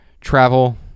travel